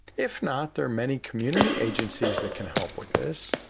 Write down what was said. if not, there are many community agencies that can help with this.